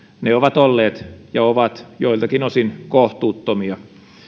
ne ovat olleet ja ovat joiltakin osin kohtuuttomia